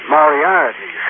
Moriarty